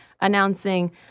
announcing